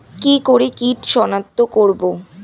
কি করে কিট শনাক্ত করব?